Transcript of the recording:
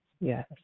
yes